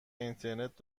اینترنت